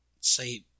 say